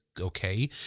okay